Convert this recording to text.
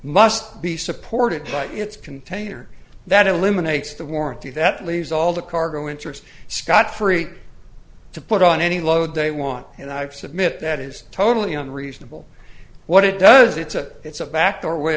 must be supported by its container that eliminates the warranty that leaves all the cargo interest scot free to put on any load they want and i submit that is totally unreasonable what it does it's a it's a back door way